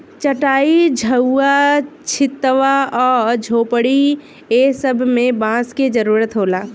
चाटाई, झउवा, छित्वा आ झोपड़ी ए सब मे बांस के जरुरत होला